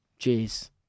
Jeez